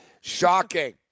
Shocking